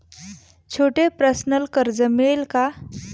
छोटे पर्सनल कर्ज मिळेल का?